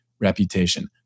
reputation